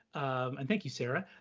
and thank you, sarah,